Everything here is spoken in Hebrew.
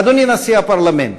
אדוני נשיא הפרלמנט,